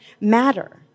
matter